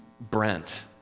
Brent